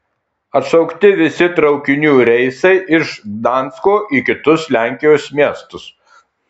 atšaukti visi traukinių reisai iš gdansko į kitus lenkijos miestus